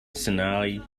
sinai